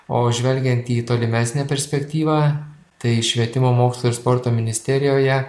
o žvelgiant į tolimesnę perspektyvą tai švietimo mokslo ir sporto ministerijoje